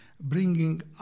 bringing